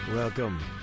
Welcome